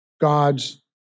God's